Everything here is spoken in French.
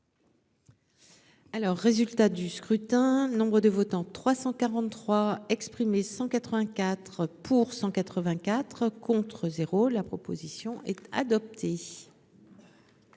Alors résultat du scrutin. Nombre de votants, 343. 184 pour, 184 contre 0 la proposition est adoptée.